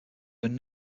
when